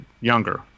younger